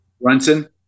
Brunson